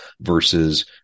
versus